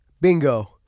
Bingo